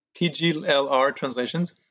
pglrtranslations